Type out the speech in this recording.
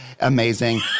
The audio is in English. amazing